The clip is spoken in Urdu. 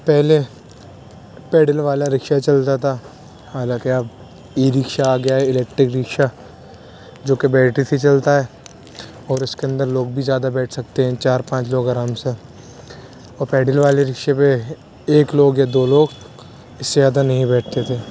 پہلے پیڈل والے رکشہ چلتا تھا حالانکہ اب ای رکشہ آ گیا ہے الیکٹرک رکشہ جوکہ بیٹری سے چلتا ہے اور اس کے اندر لوگ بھی زیادہ بیٹھ سکتے ہیں چار پانچ لوگ آرام سے اور پیڈل والے رکشے پہ ایک لوگ یا دو لوگ اس سے زیادہ نہیں بیٹھتے تھے